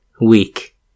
weak